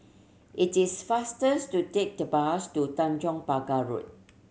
it is fastest to take the bus to Tanjong Pagar Road